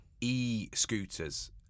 E-scooters